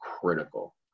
critical